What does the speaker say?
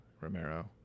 Romero